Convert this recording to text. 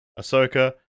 Ahsoka